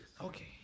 Okay